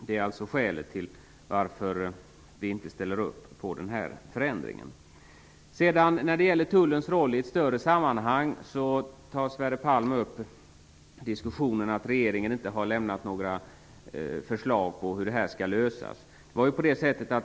Det är alltså skälet till att vi inte ställer upp på den föreslagna förändringen. När det gäller Tullens roll i ett större sammanhang tar Sverre Palm upp en diskussion om att regeringen inte har lämnat några förslag till lösning.